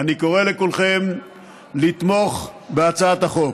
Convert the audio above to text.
אני קורא לכולכם לתמוך בהצעת החוק.